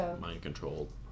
mind-controlled